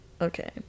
okay